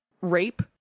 rape